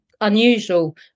unusual